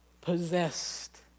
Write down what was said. possessed